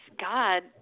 God